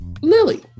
Lily